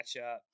matchup